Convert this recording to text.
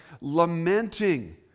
lamenting